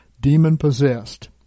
demon-possessed